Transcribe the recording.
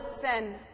sin